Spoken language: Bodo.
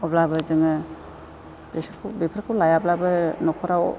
अब्लाबो जोङो बिसोरखौ बेफोरखौ लायाब्लाबो न'खराव